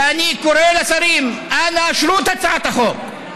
ואני קורא לשרים: אנא אשרו את הצעת החוק.